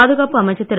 பாதுகாப்பு அமைச்சர் திரு